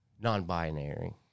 non-binary